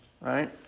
right